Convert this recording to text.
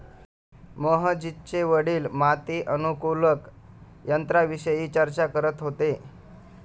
मोहजितचे वडील माती अनुकूलक यंत्राविषयी चर्चा करत होते